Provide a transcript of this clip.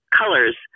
colors